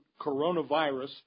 coronavirus